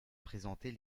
présenter